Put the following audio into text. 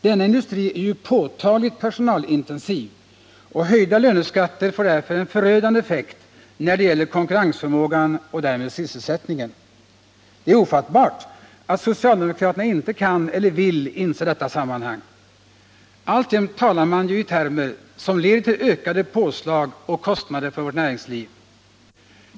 Denna industri är ju påtagligt personalintensiv. Höjda löneskatter får därför en förödande effekt när det gäller konkurrensförmågan och därmed sysselsättningen. Det är ofattbart att socialdemokraterna inte kan eller vill inse detta sammanhang. Alltjämt talar man ju i termer som leder till ökade påslag och kostnader för vårt näringsliv.